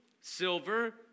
silver